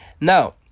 now